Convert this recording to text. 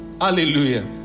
Hallelujah